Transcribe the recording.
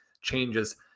changes